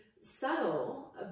subtle